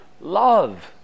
love